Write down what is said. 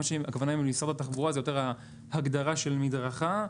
הכוונה עם משרד התחבורה, זה יותר ההגדרה של מדרכה.